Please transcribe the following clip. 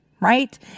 right